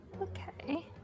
Okay